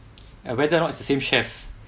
and whether or not it's the same chef